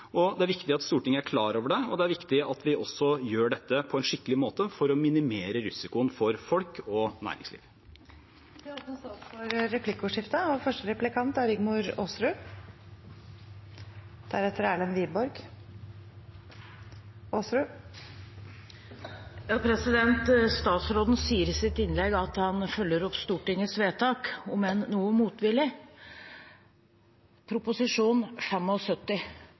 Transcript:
Det er viktig at Stortinget er klar over det, og det er viktig at vi også gjør dette på en skikkelig måte for å minimere risikoen for folk og næringsliv. Det blir replikkordskifte. Statsråden sier i sitt innlegg at han følger opp